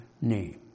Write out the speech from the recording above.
name